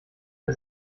der